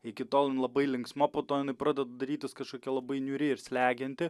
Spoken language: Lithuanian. iki tol labai linksma po to jinai pradeda darytis kažkokia labai niūri ir slegianti